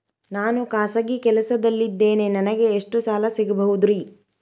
ನಾನು ಖಾಸಗಿ ಕೆಲಸದಲ್ಲಿದ್ದೇನೆ ನನಗೆ ಎಷ್ಟು ಸಾಲ ಸಿಗಬಹುದ್ರಿ?